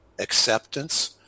acceptance